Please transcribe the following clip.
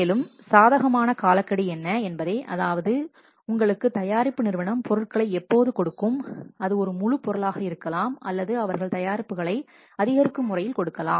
மேலும் சாதகமான காலக்கெடு என்ன என்பதை அதாவது உங்களுக்கு தயாரிப்பு நிறுவனம் பொருட்களை எப்போது கொடுக்கும் அது ஒரு முழுப் பொருளாக இருக்கலாம் அல்லது அவர்கள் தயாரிப்புகளை அதிகரிக்கும் முறையில் கொடுக்கலாம்